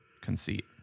conceit